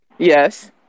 Yes